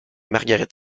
margaret